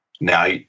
Now